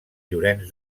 llorenç